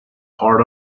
part